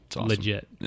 legit